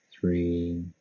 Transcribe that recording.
three